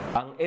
Ang